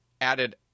added